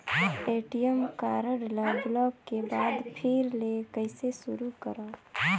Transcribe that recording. ATM card ल block के बाद फिर ले कइसे शुरू करव?